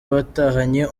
batahanye